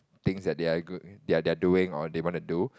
things that they are good in they're they're doing or they wanna do